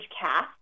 cast